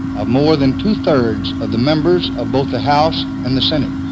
of more than two-thirds of the members of both the house and the senate.